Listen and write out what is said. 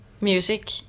music